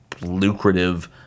lucrative